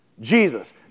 Jesus